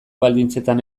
baldintzetan